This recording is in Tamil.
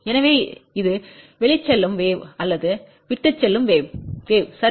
எனவே இது வெளிச்செல்லும் வேவ் அல்லது விட்டுசெல்லும் வேவ் wave சரி